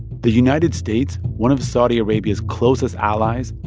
the united states, one of saudi arabia's closest allies,